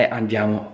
andiamo